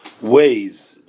ways